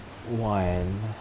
one